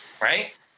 Right